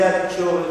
התקשורת,